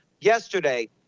Yesterday